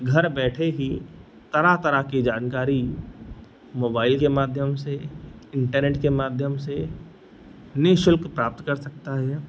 घर बैठे ही तरह तरह की जानकारी मोबाइल के माध्यम से इन्टरनेट के माध्यम से निःशुल्क प्राप्त कर सकता हैं